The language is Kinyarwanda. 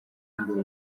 yambaye